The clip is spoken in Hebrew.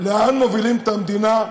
לאן מובילים את המדינה,